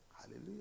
Hallelujah